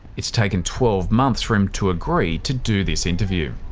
it's taken twelve months for him to agree to do this interview.